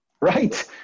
Right